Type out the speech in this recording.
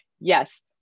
Yes